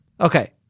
Okay